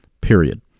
Period